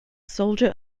soldier